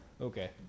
okay